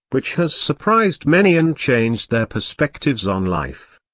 which has surprised many and changed their perspectives on life.